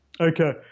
Okay